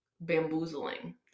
bamboozling